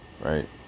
right